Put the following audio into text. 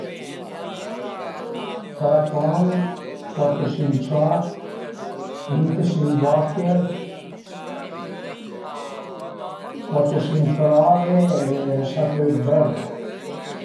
Tre can, cuat u sinc ciat, vintesinc vache, cuat u sinc crave e set u öt bërre